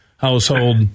household